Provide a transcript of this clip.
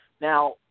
Now